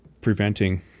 preventing